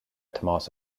tomás